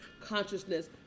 consciousness